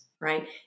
right